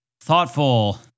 thoughtful